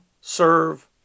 serve